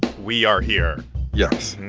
we are here yes.